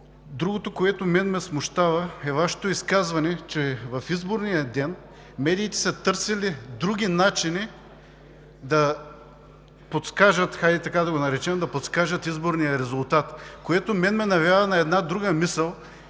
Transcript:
Другото, което мен ме смущава, е Вашето изказване, че в изборния ден медиите са търсели други начини да подскажат, хайде така да го наречем, изборния резултат, което мен ме навява на една друга мисъл,